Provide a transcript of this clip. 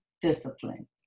discipline